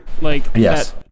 Yes